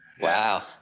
wow